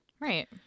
Right